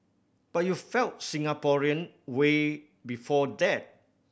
but you felt Singaporean way before that